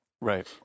Right